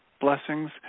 Blessings